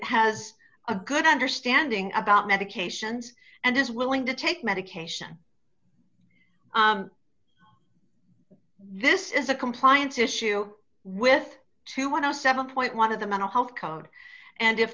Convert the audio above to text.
has a good understanding about medications and is willing to take medication this is a compliance issue with two when i was seven point one of the mental health code and if